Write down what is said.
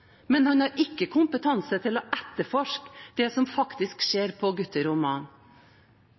men han har ikke kompetanse til å etterforske det som faktisk skjer på gutterommene.